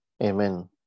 amen